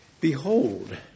Behold